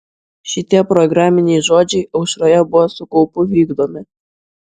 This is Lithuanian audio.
šitie programiniai žodžiai aušroje buvo su kaupu vykdomi